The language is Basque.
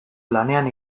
lanean